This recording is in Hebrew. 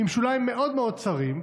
עם שוליים מאוד מאוד צרים,